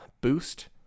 boost